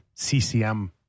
ccm